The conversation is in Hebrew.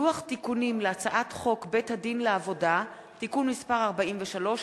לוח תיקונים להצעת חוק בית-הדין לעבודה (תיקון מס' 43),